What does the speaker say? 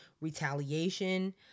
retaliation